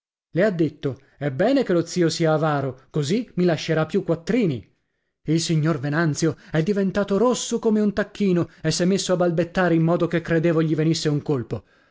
le ha detto è bene che lo zio sia avaro così mi lascerà più quattrini il signor venanzio è diventato rosso come un tacchino e s'è messo a balbettare in modo che credevo gli venisse un colpo